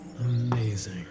Amazing